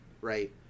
right